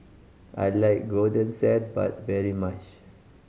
I like Golden Sand Bun very much